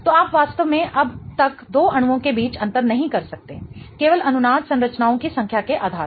तो आप वास्तव में अब तक दो अणुओं के बीच अंतर नहीं कर सकते केवल अनुनाद संरचनाओं की संख्या के आधार पर